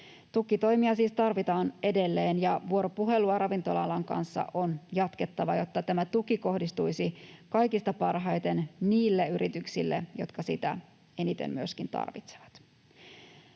Tukitoimia siis tarvitaan edelleen, ja vuoropuhelua ravintola-alan kanssa on jatkettava, jotta tämä tuki kohdistuisi kaikista parhaiten niille yrityksille, jotka sitä eniten myöskin tarvitsevat.